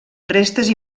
restes